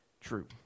true